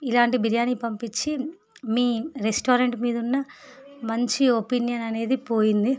ఇలాంటి బిర్యానీ పంపించి మీ రెస్టారెంట్ మీద ఉన్న మంచి ఒపీనియన్ అనేది పోయింది